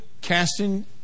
casting